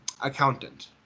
accountant